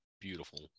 beautiful